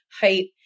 height